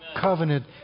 covenant